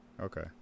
Okay